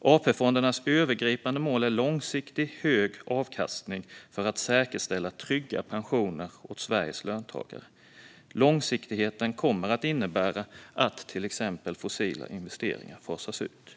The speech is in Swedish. AP-fondernas övergripande mål är långsiktigt hög avkastning för att säkerställa trygga pensioner till Sveriges löntagare. Långsiktigheten kommer att innebära att till exempel fossila investeringar fasas ut.